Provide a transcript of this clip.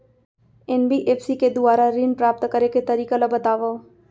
NBFC के दुवारा ऋण प्राप्त करे के तरीका ल बतावव?